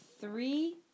Three